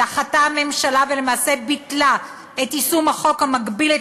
דחתה הממשלה ולמעשה ביטלה את יישום החוק המגביל את